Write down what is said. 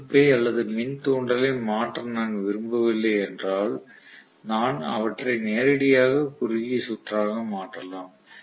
எதிர்ப்பை அல்லது மின்தூண்டலை மாற்ற நான் விரும்பவில்லை என்றால் நான் அவற்றை நேரடியாக குறுகிய சுற்றாக மாற்றலாம்